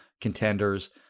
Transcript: contenders